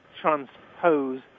transpose